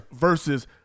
versus